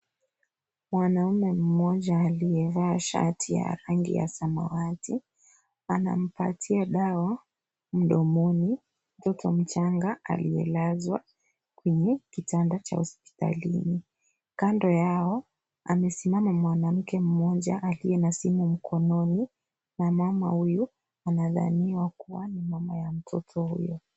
Mwanaume mmoja aliyevaa shati ya rangi ya samawati anampatia dawa mdomoni mtoto mchanga aliyelazwa kwenye kitanda cha hospitalini . Kando yao amesimama mwanamke mmoja aliyevalia na simu mkononi na mama huyu anadhaniwa kuwa mama ya mtoto huyo.